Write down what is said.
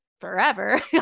forever